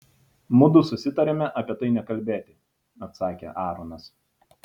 mudu susitarėme apie tai nekalbėti atsakė aaronas